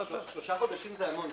שלושה חודשים זה המון,